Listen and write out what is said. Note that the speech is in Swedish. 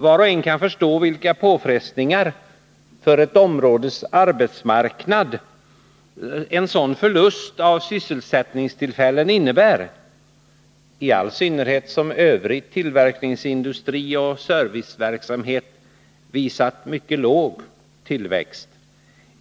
Var och en kan förstå vilka påfrestningar för ett områdes arbetsmarknad en sådan förlust av sysselsättningstillfällen innebär, i synnerhet som övrig tillverkningsindustri och serviceverksamhet visar mycket låg tillväxt.